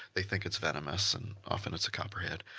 they think it's venomous and often it's a copperhead,